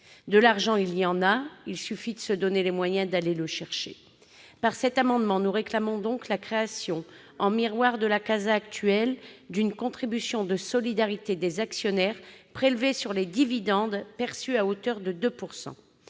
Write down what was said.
De l'argent, il y en a ; il suffit de se donner les moyens d'aller le chercher ! Par cet amendement, nous réclamons donc la création, en miroir de la CASA actuelle, d'une contribution de solidarité des actionnaires, prélevée sur les dividendes perçus à hauteur de 2 %.